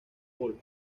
polo